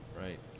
right